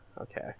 Okay